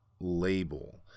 label